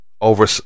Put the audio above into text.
over